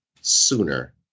sooner